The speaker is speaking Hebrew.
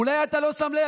אולי אתה לא שם לב?